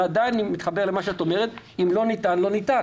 ועדיין אני מתחבר אל מה שאת אומרת אם לא ניתן אז לא ניתן,